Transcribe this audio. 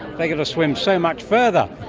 they've got to swim so much further,